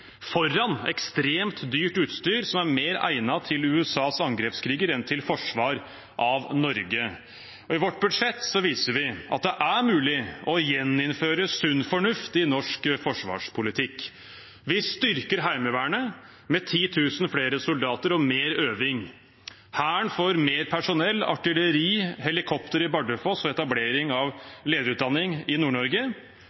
foran ekstremt dyrt utstyr som er mer egnet for USAs angrepskriger enn til forsvar av Norge. I vårt budsjett viser vi at det er mulig å gjeninnføre sunn fornuft i norsk forsvarspolitikk. Vi styrker Heimevernet med 10 000 flere soldater og mer øving. Hæren får mer personell, artilleri, helikopter i Bardufoss og etablering av